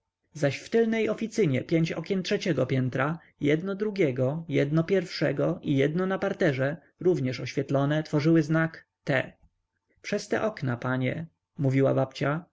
zaś w tylnej oficynie pięć okien trzeciego piętra jedno drugiego jedno pierwszego i jedno na parterze również oświetlone tworzyły znak przez te okna panie mówiła babcia